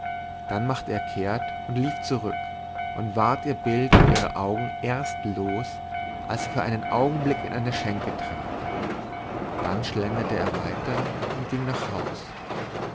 da machte er kehrt und lief zurück und ward ihr bild und ihre augen erst los als er für einen augenblick in eine schenke trat dann schlenderte er weiter und ging nach haus